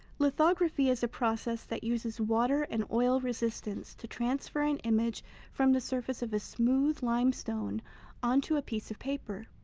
lithography is a process that uses water and oil resistance to transfer an image from the surface of a smooth limestone onto a piece of paper.